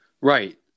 Right